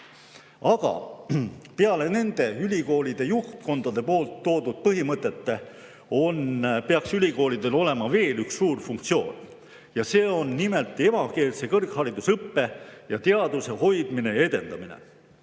Aga peale nende, ülikoolide juhtkondade toodud põhimõtete peaks ülikoolidel olema veel üks suur funktsioon. See on nimelt emakeelse kõrgharidusõppe ja teaduse hoidmine ja edendamine.